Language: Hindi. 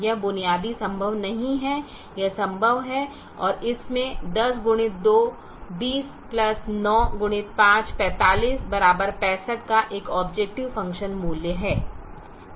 यह बुनियादी संभव नहीं है यह संभव है और इसमें 10x2 20 9x5 45 65 का एक ऑबजेकटिव फ़ंक्शन मूल्य है